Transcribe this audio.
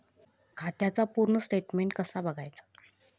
खात्याचा पूर्ण स्टेटमेट कसा बगायचा?